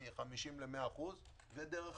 מ-50% ל-100% ודרך